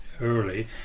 early